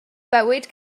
bywyd